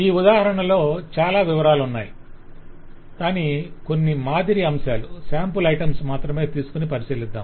ఈ ఉదాహరణలో చాలా వివరాలు ఉన్నాయి కాని కొన్నిమాదిరి అంశాలను మాత్రమే తీసుకోని పరిశీలిద్దాం